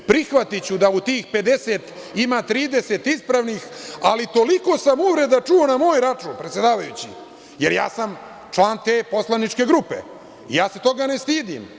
Prihvatiću da u tih 50 ima 30 ispravnih, ali toliko sam uvreda čuo na moj račun, predsedavajući, jer ja sam član te poslaničke grupe, ja se toga ne stidim.